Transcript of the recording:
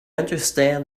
understand